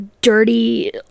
dirty